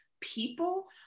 people